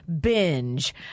binge